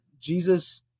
jesus